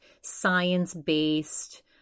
science-based